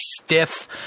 stiff